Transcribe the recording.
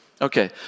Okay